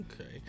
okay